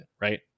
right